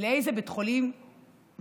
באיזה בית חולים להתאשפז?